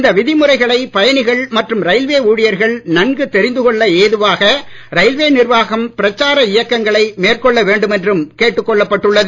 இந்த விதிமுறைகளை பயணிகள் மற்றும் ரயில்வே ஊழியர்கள் நன்கு தெரிந்து கொள்ள ஏதுவாக ரயில்வே நிர்வாகம் பிரச்சார இயக்கங்களை மேற்கொள்ள என்றும் கேட்டுக் கொள்ளப்பட்டுள்ளது